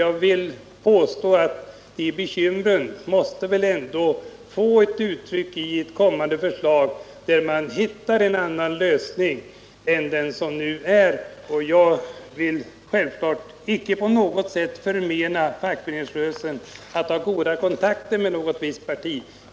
Jag vill påstå att dessa bekymmer ändå måste ta sig uttryck i ett kommande förslag, där man hittar en annan lösning än den som nu finns. Självklart vill jag inte på något sätt förmena fackföreningsrörelsen att ha goda kontakter med något visst parti.